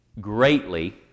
greatly